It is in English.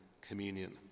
communion